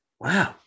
Wow